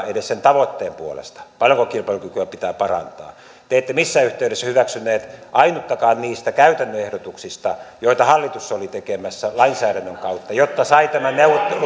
edes sen tavoitteen puolesta paljonko kilpailukykyä pitää parantaa te ette missään yhteydessä hyväksyneet ainuttakaan niistä käytännön ehdotuksista joita hallitus oli tekemässä lainsäädännön kautta jotta sai tämän